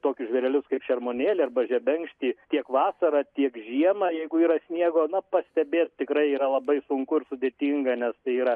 tokius žvėrelius ir šermuonėlį arba žebenkštį tiek vasarą tiek žiemą jeigu yra sniego na pastebėt tikrai yra labai sunku ir sudėtinga nes tai yra